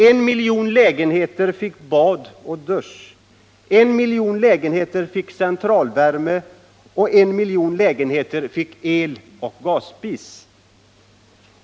I miljon lägenheter fick bad eller dusch, 1 miljon lägenheter fick centralvärme och 1 miljon lägenheter fick eleller gasspis.